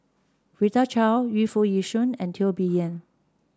Rita Chao Yu Foo Yee Shoon and Teo Bee Yen